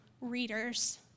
readers